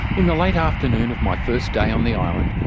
in the late afternoon of my first day on the island,